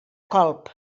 colp